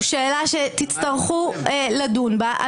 זו שאלה שתצטרכו לדון בה.